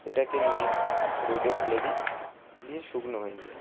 সেটাকে নিয়ে রোদে ফেলে দিই দিয়ে শুকনো হয়ে যায়